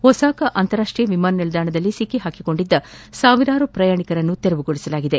Osaka ಅಂತಾರಾಷ್ಷೀಯ ವಿಮಾನ ನಿಲ್ದಾಣದಲ್ಲಿ ಸಿಕ್ಕಿಹಾಕಿೊಂಡಿದ್ದ ಸಾವಿರಾರು ಪ್ರಯಾಣಿಕರನ್ನು ತೆರವುಗೊಳಿಸಲಾಗಿದೆ